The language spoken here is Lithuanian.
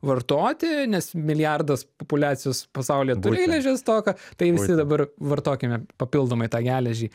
vartoti nes milijardas populiacijos pasaulyje turi geležies stoką tai visi dabar vartokime papildomai tą geležį